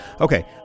Okay